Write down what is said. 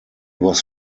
was